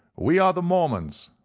we are the mormons,